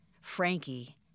Frankie